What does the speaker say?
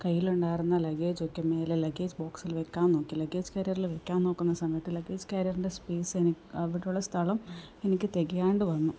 കയ്യിലുണ്ടായിരുന്ന ലഗേജൊക്കെ മേലെ ലഗേജ് ബോക്സിൽ വെക്കാൻ നോക്കി ലഗേജ് കാരിയറില് വെക്കാൻ നോക്കുന്ന സമയത്ത് ലഗേജ് കാരിയറിൻ്റെ സ്പേസ് എനി അവിടെയുള്ള സ്ഥലം എനിക്ക് തികയാതെവന്നു